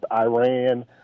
Iran